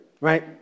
right